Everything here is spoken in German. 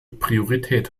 priorität